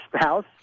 spouse